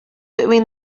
between